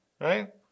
right